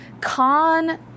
con